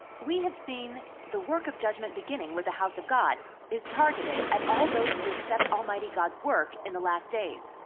we have seen the work of judgment beginning with the house of god is targeted at all those who accept almighty god's work in the last days.